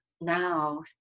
Now